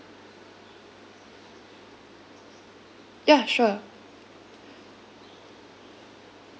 ya sure